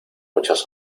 muchas